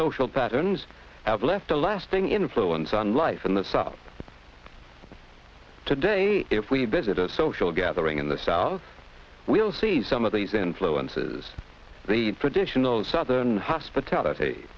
social patterns have left a lasting influence on life in the south today if we do is it a social gathering in the south we'll see some of these influences the traditional southern hospitality